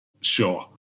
Sure